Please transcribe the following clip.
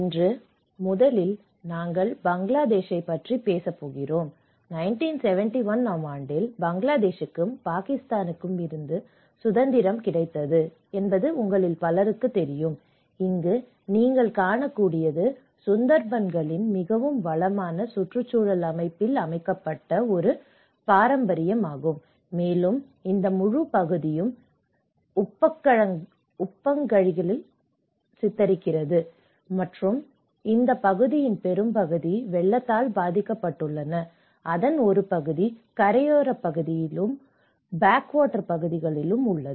இன்று முதலில் நாங்கள் பங்களாதேஷைப் பற்றி பேசப் போகிறோம் 1971 ஆம் ஆண்டில் பங்களாதேஷுக்கு பாகிஸ்தானிலிருந்து சுதந்திரம் கிடைத்தது என்பது உங்களில் பலருக்குத் தெரியும் இங்கு நீங்கள் காணக்கூடியது சுந்தர்பான்களின் மிகவும் வளமான சுற்றுச்சூழல் அமைப்பில் அமைக்கப்பட்ட ஒரு பாரம்பரியமாகும் மேலும் இந்த முழு பகுதியும் சித்தரிக்கிறது உப்பங்கழிகள் மற்றும் இந்த பகுதியின் பெரும்பகுதி வெள்ளத்தால் பாதிக்கப்பட்டுள்ளன அதன் ஒரு பகுதி கரையோரப் பகுதியிலும் உப்பங்கழிகள் பகுதிகளிலும் உள்ளது